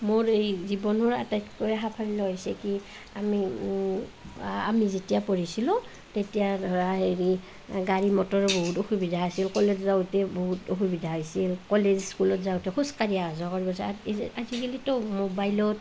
মোৰ এই জীৱনৰ আটাইতকৈ সাফল্য হৈছে কি আমি আমি যেতিয়া পঢ়িছিলোঁ তেতিয়া ধৰা হেৰি গাড়ী মটৰৰ বহুত অসুবিধা আছিল কলেজ যাওঁতে বহুত অসুবিধা হৈছিল কলেজ স্কুলত যাওঁতে খোজকাঢ়ি অহা যোৱা কৰোঁ আজিকালিতো ম'বাইলত